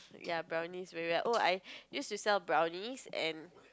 ya brownies when we're oh I used to sell brownies and